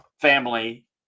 family